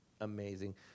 amazing